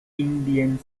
indian